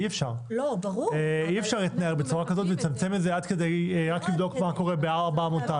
אי אפשר להתנער בצורה כזו ולצמצם את רק לבדוק מה קורה בארבע אמותיה